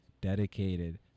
dedicated